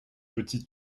petits